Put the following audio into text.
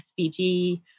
SVG